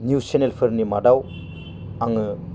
news चेनेलफोरनि मादाव आङो